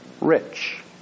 rich